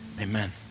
amen